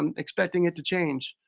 um expecting it to change.